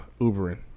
Ubering